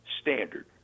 standard